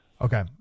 okay